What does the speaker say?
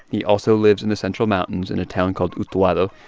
he also lives in the central mountains in a town called utuado.